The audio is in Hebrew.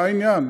מה העניין?